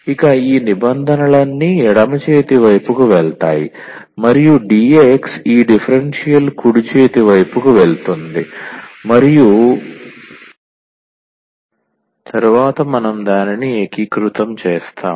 ఇక ఈ నిబంధనలన్నీ ఎడమ చేతి వైపుకు వెళ్తాయి మరియు 𝑑𝑥 ఈ డిఫరెన్షియల్ కుడి చేతి వైపుకు వెళుతుంది మరియు తరువాత మనం దానిని ఏకీకృతం చేస్తాము